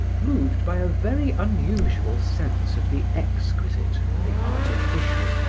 moved by a very unusual sense of the exquisite and the artificial.